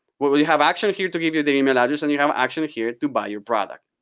we have action here to give you the email address, and you have action here to buy your product,